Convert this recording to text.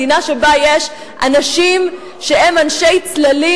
מדינה שבה יש אנשים שהם אנשי צללים,